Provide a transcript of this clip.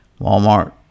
Walmart